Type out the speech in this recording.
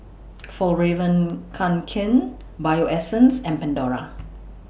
Fjallraven Kanken Bio Essence and Pandora